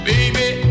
Baby